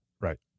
Right